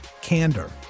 candor